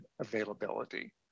availability